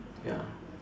ya